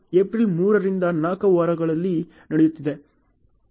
ಆದ್ದರಿಂದ ಈ ಎಲ್ಲವನ್ನು ನೀವು ಸರಿಯಾಗಿ ನೋಡಿದಾಗ ಮಾತ್ರ ವ್ಯಾಖ್ಯಾನಿಸಬಹುದು